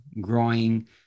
growing